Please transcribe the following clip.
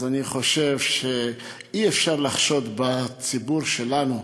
אז אני חושב שאי-אפשר לחשוד בציבור שלנו,